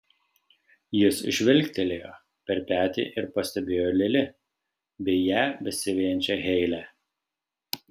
jis žvilgtelėjo per petį ir pastebėjo lili bei ją besivejančią heilę